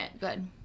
Good